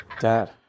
Dad